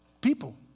people